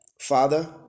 father